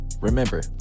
Remember